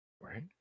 Right